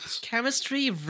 chemistry